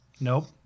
Nope